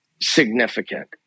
significant